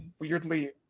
weirdly